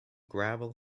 gravel